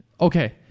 Okay